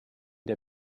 der